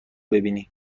ببینی